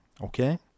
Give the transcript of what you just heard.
okay